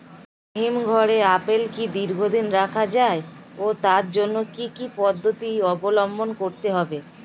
হিমঘরে আপেল কি দীর্ঘদিন রাখা যায় ও তার জন্য কি কি পদ্ধতি অবলম্বন করতে হবে?